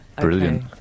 Brilliant